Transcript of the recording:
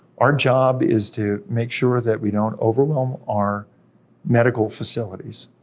our job is to make sure that we don't overwhelm our medical facilities,